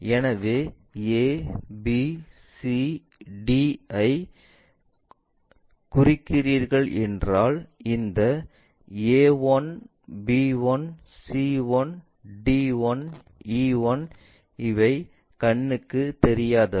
எனவே a b c d e ஐக் குறிக்கிறீர்கள் என்றால் இந்த A 1 B 1 C 1 D 1 E 1 இவை கண்ணுக்குத் தெரியாதவை